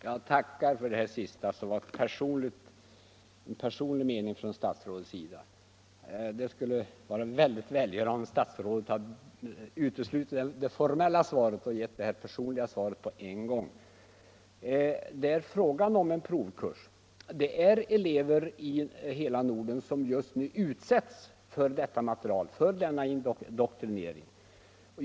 Herr talman! Jag tackar för den personliga mening som statsrådet nu framförde. Det skulle ha varit välgörande om statsrådet hade uteslutit det formella svaret och givit det personliga svaret på en gång. Det är fråga om en provkurs. Elever i hela Norden utsätts för detta material, denna indoktrinering.